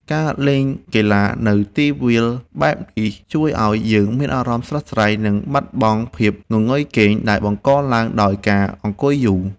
ការលេងកីឡានៅទីវាលបែបនេះជួយឱ្យយើងមានអារម្មណ៍ស្រស់ស្រាយ និងបាត់បង់ភាពងងុយគេងដែលបង្កឡើងដោយការអង្គុយយូរ។